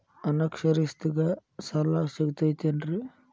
ಅನಕ್ಷರಸ್ಥರಿಗ ಸಾಲ ಸಿಗತೈತೇನ್ರಿ?